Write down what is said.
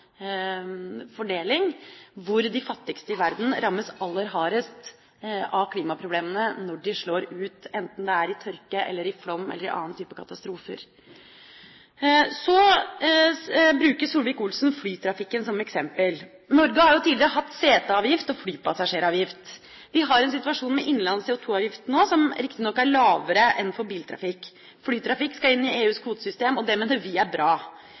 fordeling, og at de fattigste i verden rammes aller hardest av klimaproblemene når de slår ut enten i tørke, i flom eller i andre typer katastrofer. Så bruker Solvik-Olsen flytrafikken som eksempel. Norge har jo tidligere hatt seteavgift og flypassasjeravgift. Vi har en situasjon nå med innenlands CO2-avgift, som riktignok er lavere enn for biltrafikk. Flytrafikk skal inn i EUs kvotesystem, og det mener vi er bra.